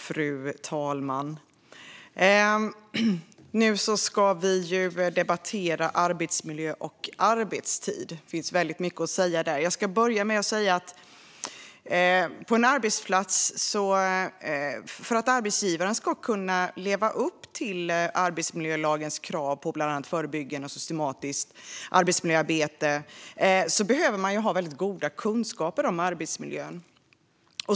Fru talman! Nu ska vi debattera arbetsmiljö och arbetstid, och det finns väldigt mycket att säga om detta. Jag ska börja med att säga att för att arbetsgivaren ska kunna leva upp till arbetsmiljölagens krav på bland annat ett förebyggande och systematiskt arbetsmiljöarbete på en arbetsplats behöver arbetsgivaren ha väldigt goda kunskaper om arbetsmiljön.